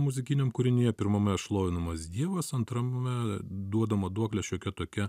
muzikiniam kūrinyje pirmame šlovinamas dievas antrame duodama duoklė šiokia tokia